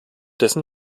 dessen